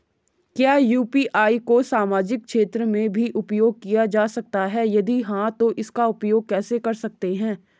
क्या यु.पी.आई को सामाजिक क्षेत्र में भी उपयोग किया जा सकता है यदि हाँ तो इसका उपयोग कैसे कर सकते हैं?